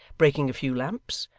breaking a few lamps,